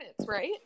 right